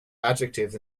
adjectives